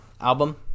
album